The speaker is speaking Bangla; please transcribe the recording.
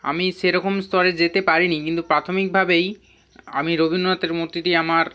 আমি সেরকম স্তরে যেতে পারিনি কিন্তু প্রাথমিকভাবেই আমি রবীন্দ্রনাথের মূর্তিটি আমার